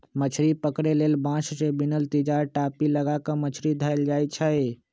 मछरी पकरे लेल बांस से बिनल तिजार, टापि, लगा क मछरी धयले जाइ छइ